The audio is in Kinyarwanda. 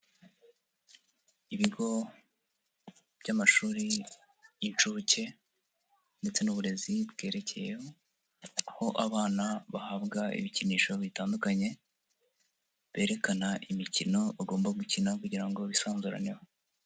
Ibigo by'amashuri y'incuke ndetse n'uburezi bwerekeyeho, aho abana bahabwa ibikinisho bitandukanye, berekana imikino bagomba gukina kugira ngo bisanzuraneho.